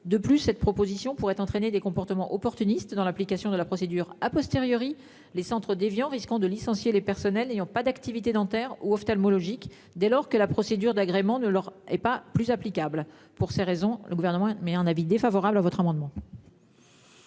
De plus, cette proposition pourrait entraîner des comportements opportunistes dans l'application de la procédure a posteriori les centres d'Évian risquant de licencier les personnels ayant pas d'activité dentaires ou ophtalmologiques dès lors que la procédure d'agrément ne leur est pas plus applicable pour ces raisons le gouvernement mais un avis défavorable à votre amendement.